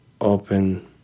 open